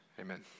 Amen